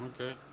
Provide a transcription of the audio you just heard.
okay